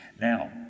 now